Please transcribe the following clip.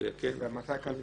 ומתי הקלפי